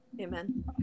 Amen